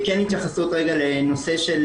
התייחסות לדברים של